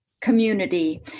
community